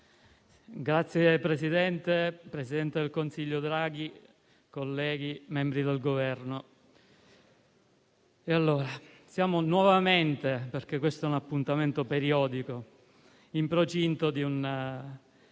Signor Presidente, signor presidente del Consiglio Draghi, colleghi, membri del Governo, siamo nuovamente - perché questo è un appuntamento periodico - in procinto di un